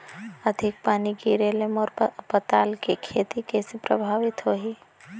अधिक पानी गिरे ले मोर पताल के खेती कइसे प्रभावित होही?